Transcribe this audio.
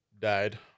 died